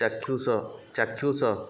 ଚାକ୍ଷୁଷ ଚାକ୍ଷୁଷ